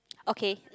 okay